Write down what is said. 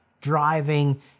driving